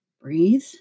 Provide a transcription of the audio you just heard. Breathe